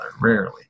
Rarely